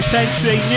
Century